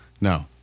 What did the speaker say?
No